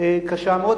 קשה מאוד,